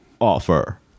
offer